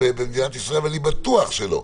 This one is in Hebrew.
במדינת ישראל ואני בטוח שלא,